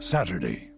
Saturday